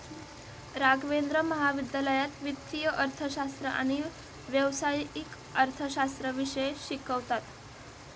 राघवेंद्र महाविद्यालयात वित्तीय अर्थशास्त्र आणि व्यावसायिक अर्थशास्त्र विषय शिकवतात